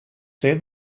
say